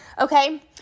okay